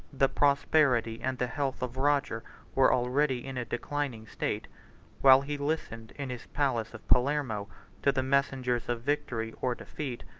the prosperity and the health of roger were already in a declining state while he listened in his palace of palermo to the messengers of victory or defeat,